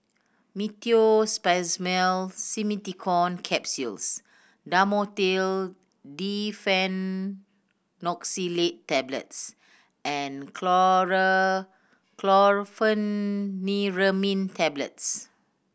Meteospasmyl Simeticone Capsules Dhamotil Diphenoxylate Tablets and Chlorpheniramine Tablets